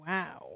Wow